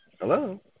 Hello